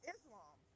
Islam